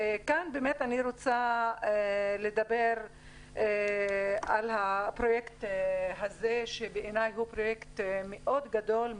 כאן אני רוצה לדבר על הפרויקט הזה בעיני הוא פרויקט מאוד גדול,